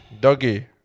Doggy